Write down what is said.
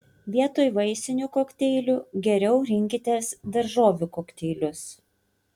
vietoj vaisinių kokteilių geriau rinkitės daržovių kokteilius